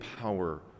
power